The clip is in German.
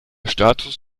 status